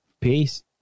Peace